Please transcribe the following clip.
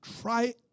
try